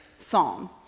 psalm